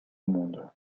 monde